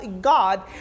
God